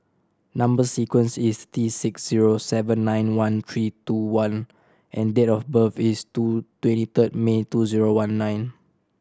number sequence is T six zero seven nine one three two one and date of birth is two twenty third May two zero one nine